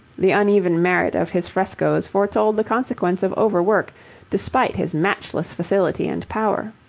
the uneven merit of his frescoes foretold the consequence of overwork despite his matchless facility and power.